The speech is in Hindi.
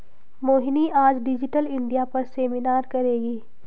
मोहिनी आज डिजिटल इंडिया पर सेमिनार करेगी